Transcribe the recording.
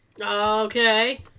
Okay